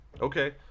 Okay